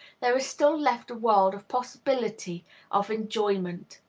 there is still left a world of possibility of enjoyment,